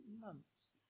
months